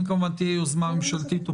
אם כמובן תהיה יוזמה ממשלתית או פרטית.